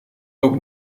ook